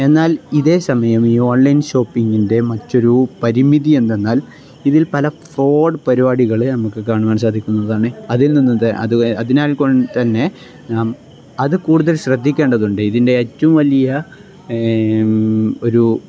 എന്നാൽ ഇതേ സമയം ഈ ഓൺലൈൻ ഷോപ്പിങ്ങിൻ്റെ മറ്റൊരു പരിമിതി എന്തെന്നാൽ ഇതിൽ പല ഫ്രോഡ് പരിപാടികൾ നമുക്ക് കാണുവാൻ സാധിക്കുന്നതാണ് അതിൽ നിന്ന് അതിനാൽ കൊണ്ട് തന്നെ അത് കൂടുതൽ ശ്രദ്ധിക്കേണ്ടതുണ്ട് ഇതിൻ്റെ ഏറ്റവും വലിയ ഒരു